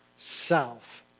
South